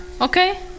okay